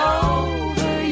over